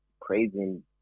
praising